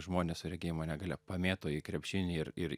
žmonės su regėjimo negalia pamėto į krepšinį ir ir